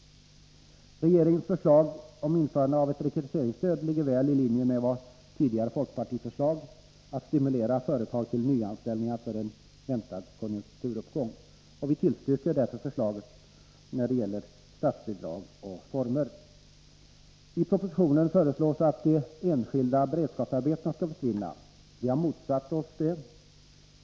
Regeringens förslag om införande av ett rekryteringsstöd ligger väl i linje med tidigare folkpartiförslag att stimulera företag till nyanställningar inför en väntad konjunkturuppgång. Vi tillstyrker därför förslaget när det gäller statsbidrag och formerna härför. I propositionen föreslås att de enskilda beredskapsarbetena skall försvinna. Vi har motsatt oss detta.